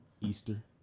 Easter